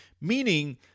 meaning